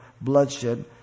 bloodshed